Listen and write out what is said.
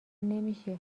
نمیشه